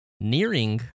nearing